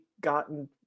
gotten